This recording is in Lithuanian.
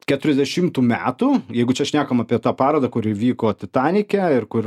keturiasdešimtų metų jeigu čia šnekam apie tą parodą kuri vyko titanike ir kur